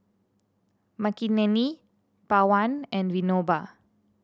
Makineni Pawan and Vinoba